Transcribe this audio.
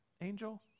angel